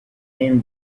thin